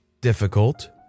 difficult